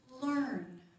learn